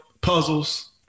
puzzles